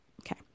Okay